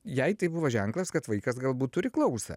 jai tai buvo ženklas kad vaikas galbūt turi klausą